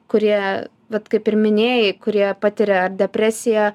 kurie vat kaip ir minėjai kurie patiria depresiją